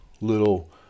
little